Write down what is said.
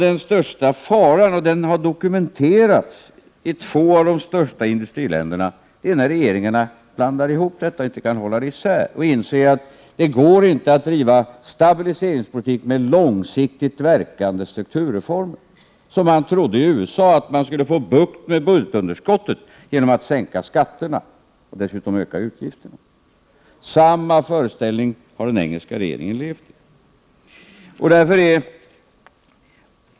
Den största faran — och den har dokumenterats i två av de största industriländerna — är när regeringarna blandar ihop detta och inte kan hålla isär begreppen och inse att det inte går att driva stabiliseringspolitik med långsiktigt verkande strukturreformer. Man trodde i USA att man skulle få bukt med budgetunderskottet genom att sänka skatterna och dessutom öka utgifterna. Samma föreställning har den engelska regeringen levt med.